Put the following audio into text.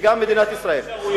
וגם מדינת ישראל.